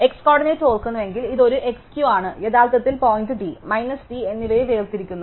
X coordinate ഓർക്കുന്നുവെങ്കിൽ ഇത് ഒരു x Q ആണ് യഥാർത്ഥത്തിൽ പോയിന്റ് d മൈനസ് d എന്നിവയെ വേർതിരിക്കുന്നു